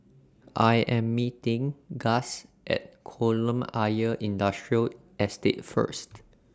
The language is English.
I Am meeting Gus At Kolam Ayer Industrial Estate First